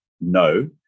No